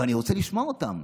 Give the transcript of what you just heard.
ואני רוצה לשמוע אותם.